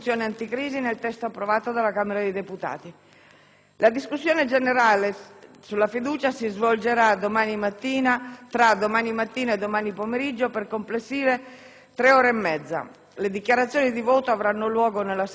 La discussione generale sulla fiducia si svolgerà tra domani mattina e domani pomeriggio per complessive 3 ore e mezza. Le dichiarazioni di voto di voto avranno luogo nella seduta pomeridiana di domani, a partire dalle ore 18.